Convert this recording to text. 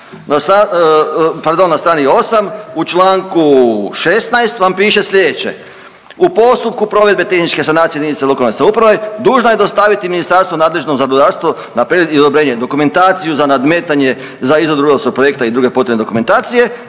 pardon, na strani 8, u čl. 16 vam piše sljedeće, u postupku provedbe tehničke sanacije jedinica lokalne samouprave dužna je dostaviti ministarstvu nadležnom za rudarstvo na .../Govornik se ne razumije./... i odobrenje dokumentaciju za nadmetanje za izradu rudarskog projekta i druge potrebne dokumentacije,